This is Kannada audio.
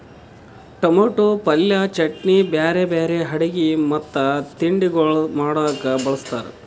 ಟೊಮೇಟೊ ಪಲ್ಯ, ಚಟ್ನಿ, ಬ್ಯಾರೆ ಬ್ಯಾರೆ ಅಡುಗಿ ಮತ್ತ ತಿಂಡಿಗೊಳ್ ಮಾಡಾಗ್ ಬಳ್ಸತಾರ್